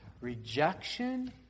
Rejection